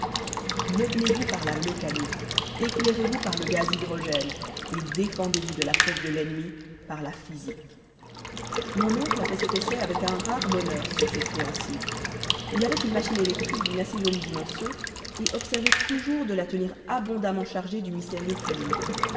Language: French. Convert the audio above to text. meublez vous par la mécanique éclairez vous par le gaz hydrogène et défendez-vous de l'approche de l'ennemi par la physique mon oncle a fait cet essai avec un rare bonheur sur ses créanciers il avait une machine électrique d'une assez jolie dimension et observait toujours de la tenir abondamment chargée du mystérieux fluide